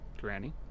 Granny